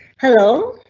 hello.